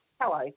Hello